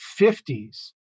50s